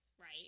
right